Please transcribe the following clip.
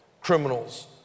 criminals